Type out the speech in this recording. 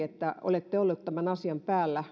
että olette ollut tämän asian päällä